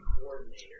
coordinator